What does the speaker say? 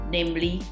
Namely